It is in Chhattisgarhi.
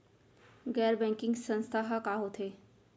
गैर बैंकिंग संस्था ह का होथे?